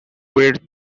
were